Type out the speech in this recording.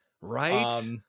right